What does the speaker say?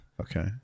Okay